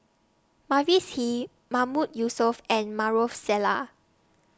Mavis Hee Mahmood Yusof and Maarof Salleh